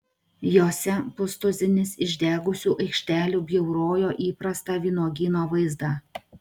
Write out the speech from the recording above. jose pustuzinis išdegusių aikštelių bjaurojo įprastą vynuogyno vaizdą